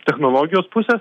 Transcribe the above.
technologijos pusės